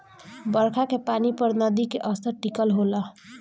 बरखा के पानी पर नदी के स्तर टिकल होला